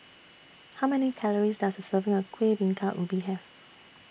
How Many Calories Does A Serving of Kueh Bingka Ubi Have